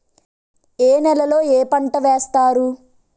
ఏ నేలలో ఏ పంట వేస్తారు?